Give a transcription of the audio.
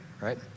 right